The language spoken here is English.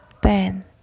ten